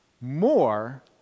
more